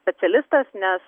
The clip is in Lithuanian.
specialistas nes